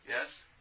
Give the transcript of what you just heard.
yes